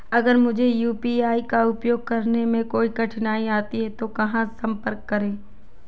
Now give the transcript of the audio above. अगर मुझे यू.पी.आई का उपयोग करने में कोई कठिनाई आती है तो कहां संपर्क करें?